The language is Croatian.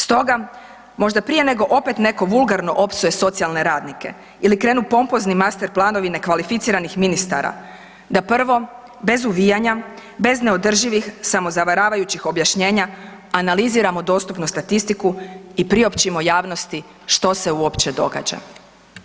Stoga, možda prije nego opet netko vulgarno opsuje socijalne radnike ili krenu pompozni masterplanovi nekvalificiranih ministara, da prvo, bez uvijanja, bez neodrživih samozavaravajućih objašnjenja, analiziramo dostupnu statistiku i priopćimo javnosti što se uopće događa.